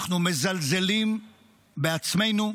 אנחנו מזלזלים בעצמנו,